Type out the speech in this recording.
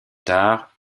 tard